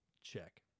Check